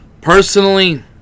Personally